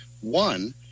one